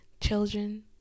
children